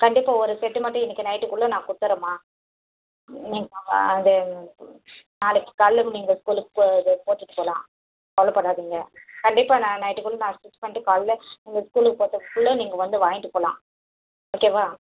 கண்டிப்பாக ஒரு செட்டு மட்டும் இன்னைக்கு நைட்டுக்குள்ள நான் கொடுத்துட்றேன்ம்மா நீங்கள் வாங்க என்னென்னு சொல் நாளைக்கு காலையில் நீங்கள் ஸ்கூலுக்கு போ இது போட்டுட்டு போகலாம் கவலைப்படாதீங்க கண்டிப்பாக நான் நைட்டுக்குள்ள நான் ஸ்டிச் பண்ணிட்டு கால்ல நீங்கள் ஸ்கூல்லுக்கு போகிறதுக்குள்ள நீங்கள் வந்து வாங்கிட்டு போகலாம் ஓகேவா